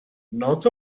not